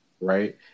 right